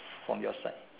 from your side